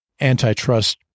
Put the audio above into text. antitrust